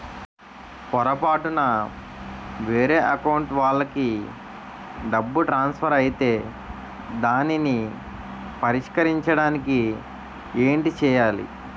పొరపాటున వేరే అకౌంట్ వాలికి డబ్బు ట్రాన్సఫర్ ఐతే దానిని పరిష్కరించడానికి ఏంటి చేయాలి?